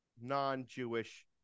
non-Jewish